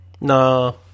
No